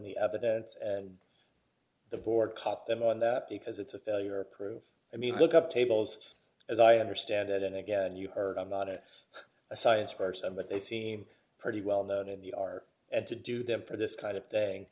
the evidence and the board d caught them on that because it's a failure proof i mean look up tables as i understand it and again you heard about it a science parts of what they seem pretty well known in the are and to do them for this kind of thing